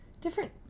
different